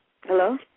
Hello